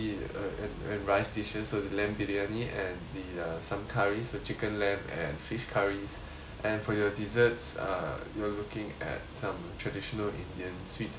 and rice dishes so the lamb biryani and the uh some curry some chicken lamb and fish curries and for your desserts uh you were looking at some traditional indian sweets and dessert